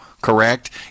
correct